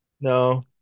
No